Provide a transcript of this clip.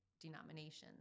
denominations